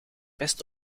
best